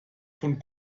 von